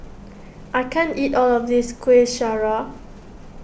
I can't eat all of this Kuih Syara